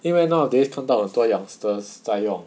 因为 nowadays 看到很多 youngsters 在用